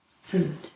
Food